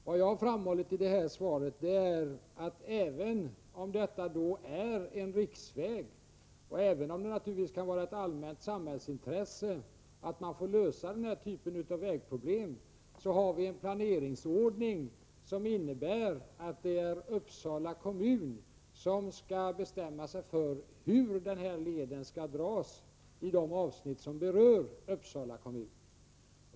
Vad jag har framhållit i interpellationssvaret är att även om detta är en riksväg och även om det naturligtvis kan vara ett allmänt samhällsintresse att man löser den här typen av vägproblem, så har vi en planeringsordning som innebär att det är Uppsala kommun som skall bestämma sig för hur den här leden skall dras i de avsnitt som berör Uppsala kommun.